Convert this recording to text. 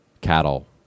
cattle